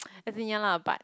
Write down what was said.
as in ya lah but